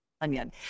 onion